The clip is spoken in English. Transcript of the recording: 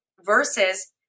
versus